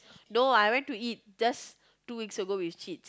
no I went to eat just two weeks ago with